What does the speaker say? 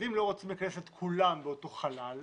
אם לא רוצים לכנס את כולם באותו חלל,